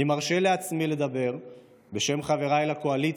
אני מרשה לעצמי לדבר בשם חבריי לקואליציה.